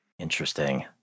Interesting